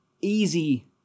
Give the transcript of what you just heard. easy